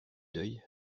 d’œil